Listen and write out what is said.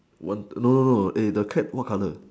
no no no hey the cat what colour